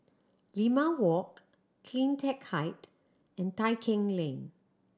Limau Walk Cleantech Height and Tai Keng Lane